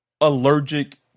allergic